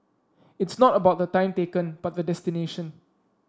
it's not about the time taken but the destination